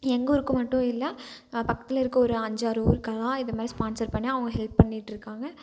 எங்கள் ஊருக்கு மட்டும் இல்லை பக்கத்தில் இருக்க ஒரு அஞ்சு ஆறு ஊருக்கலாம் இது மாதிரி ஸ்பான்சர் பண்ணி அவங்க ஹெல்ப் பண்ணிட்டுருக்காங்க